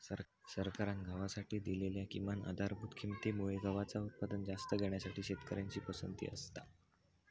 सरकारान गव्हासाठी दिलेल्या किमान आधारभूत किंमती मुळे गव्हाचा उत्पादन जास्त घेण्यासाठी शेतकऱ्यांची पसंती असता